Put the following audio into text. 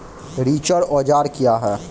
रिचर औजार क्या हैं?